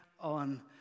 on